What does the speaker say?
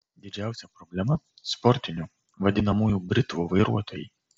didžiausia problema sportinių vadinamųjų britvų vairuotojai